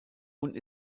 und